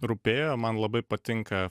rūpėjo man labai patinka